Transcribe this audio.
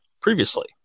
previously